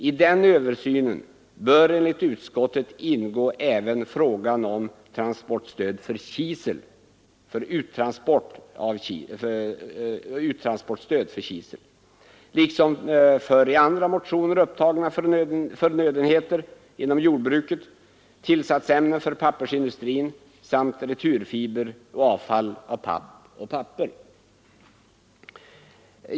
I den översynen bör enligt utskottet även ingå frågan om uttransportstöd för kisel liksom för i andra motioner upptagna förnödenheter inom jordbruket, tillsatsämnen för pappersindustrin samt returfiber och avfall av papp och papper.